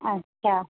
अच्छा